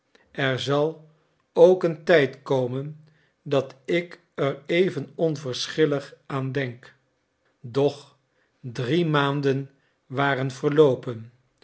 er zal ook een tijd komen dat ik er even onverschillig aan denk doch drie maanden waren verloopen